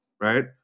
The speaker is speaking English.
right